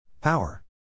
Power